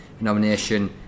nomination